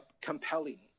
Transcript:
compelling